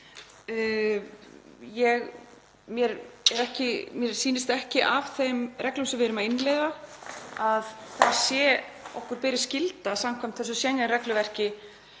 Mér sýnist ekki af þeim reglum sem við erum að innleiða að okkur beri skylda samkvæmt þessu Schengen-regluverki